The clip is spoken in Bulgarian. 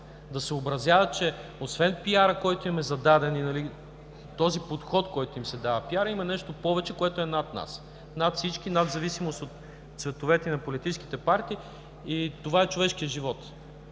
да съобразяват, че освен пиара, който им е зададен, този подход, който им се дава, пиарът има нещо повече, което е над всички нас, независимо от цветовете на политическите партии – човешкият живот.